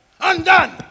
Undone